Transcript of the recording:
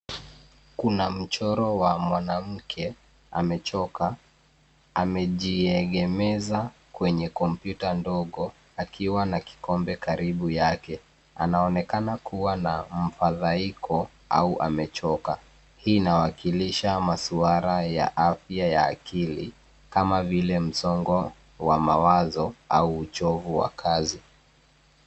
Kuna mchoro wa mwanamke amechoka, amejiegemeza kwenye kompyuta ndogo akiwa na kikombe karibu yake. Anaonekana kuwa na mfadhaiko au amechoka. Hii inawakilisha masuala ya afya ya akili, kama vile msongo wa mawazo au uchovu wa kazi.